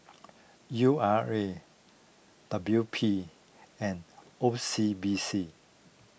U R A W P and O C B C